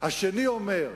והשני אומר: